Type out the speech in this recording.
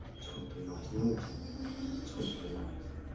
twinkly eyes, naughty twinkly eyes.